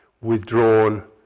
withdrawn